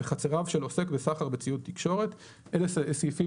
בחצריו של עוסק בסחר בציוד תקשורת"." אלה סעיפים